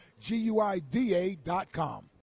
G-U-I-D-A.com